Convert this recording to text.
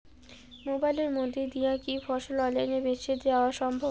মোবাইলের মইধ্যে দিয়া কি ফসল অনলাইনে বেঁচে দেওয়া সম্ভব?